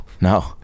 No